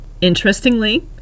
Interestingly